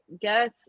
guess